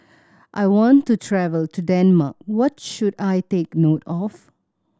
I want to travel to Denmark what should I take note of